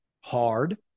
hard